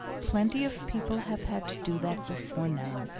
plenty of people have had to do that before now,